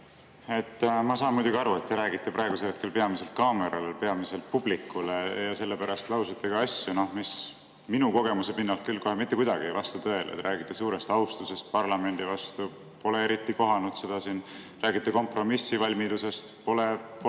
Ma saan muidugi aru, et te räägite praegu peamiselt kaamerale, peamiselt publikule ja sellepärast lausute ka asju, mis minu kogemuse pinnalt küll kohe mitte kuidagi ei vasta tõele. Te räägite suurest austusest parlamendi vastu. Ma pole siin seda eriti kohanud. Te räägite kompromissivalmidusest. Ma pole